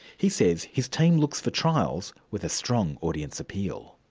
he says his team looks for trials with a strong audience appeal.